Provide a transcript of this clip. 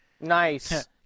Nice